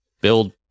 build